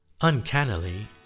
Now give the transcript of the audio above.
Uncannily